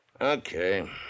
Okay